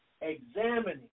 examining